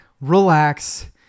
relax